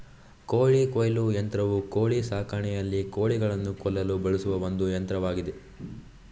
ಕೋಳಿ ಕೊಯ್ಲು ಯಂತ್ರವು ಕೋಳಿ ಸಾಕಾಣಿಕೆಯಲ್ಲಿ ಕೋಳಿಗಳನ್ನು ಕೊಲ್ಲಲು ಬಳಸುವ ಒಂದು ಯಂತ್ರವಾಗಿದೆ